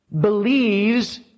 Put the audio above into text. believes